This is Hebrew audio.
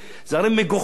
אדוני היושב-ראש,